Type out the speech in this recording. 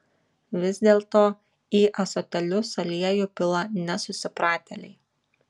vis dėlto į ąsotėlius aliejų pila nesusipratėliai